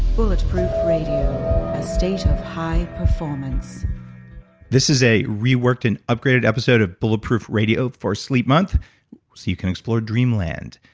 bulletproof radio, a state of high performance this is a reworked and upgraded episode of bulletproof radio, for sleep month, so you can explore dream land.